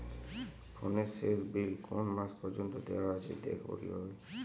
ফোনের শেষ বিল কোন মাস পর্যন্ত দেওয়া আছে দেখবো কিভাবে?